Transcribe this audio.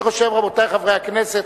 רבותי חברי הכנסת,